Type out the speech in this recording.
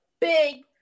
big